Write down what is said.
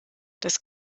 das